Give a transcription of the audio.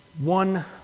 One